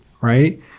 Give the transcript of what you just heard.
right